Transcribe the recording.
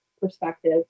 perspective